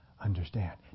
understand